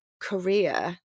Korea